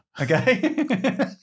Okay